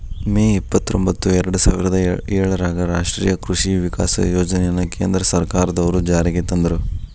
ಮೇ ಇಪ್ಪತ್ರೊಂಭತ್ತು ಎರ್ಡಸಾವಿರದ ಏಳರಾಗ ರಾಷ್ಟೇಯ ಕೃಷಿ ವಿಕಾಸ ಯೋಜನೆನ ಕೇಂದ್ರ ಸರ್ಕಾರದ್ವರು ಜಾರಿಗೆ ತಂದ್ರು